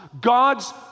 God's